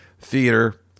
theater